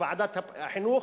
בוועדת החינוך,